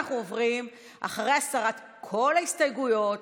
אחרי הסרת כל ההסתייגויות,